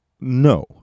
no